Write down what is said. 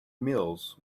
mills